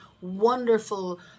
wonderful